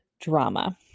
drama